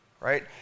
Right